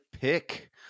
pick